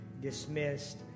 dismissed